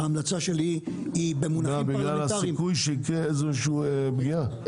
גם בגלל הסיכוי שתקרה איזושהי פגיעה?